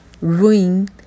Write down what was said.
ruin